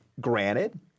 granted